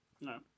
No